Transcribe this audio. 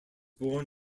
born